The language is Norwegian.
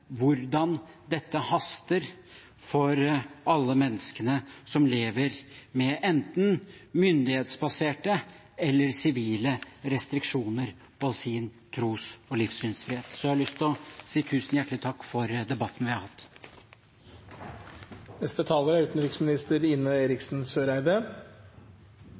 hvordan dette haster for alle menneskene som lever med enten myndighetsbaserte eller sivile restriksjoner på sin tros- og livssynsfrihet. Jeg har lyst til å si tusen hjertelig takk for debatten vi har